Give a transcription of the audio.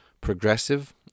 progressive